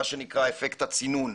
מה שנקרא אפקט הצינון.